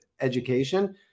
education